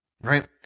right